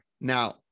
Now